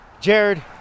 Jared